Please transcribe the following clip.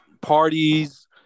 parties